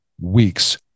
week's